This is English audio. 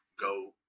go